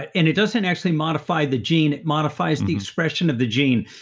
and it doesn't actually modify the gene, it modifies the expression of the gene.